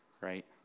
right